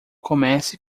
comece